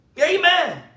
Amen